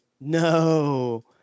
No